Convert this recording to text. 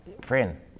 friend